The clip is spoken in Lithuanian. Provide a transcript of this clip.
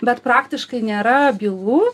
bet praktiškai nėra bylų